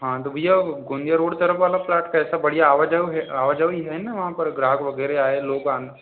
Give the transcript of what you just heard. हाँ तो भैया गोंजिया रोड की तरफ वाला प्लॉट कैसा आना जाना आना जानी हैं ना वहाँ पर ग्राहक वगैरह हैं लोग बाग